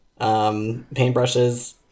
paintbrushes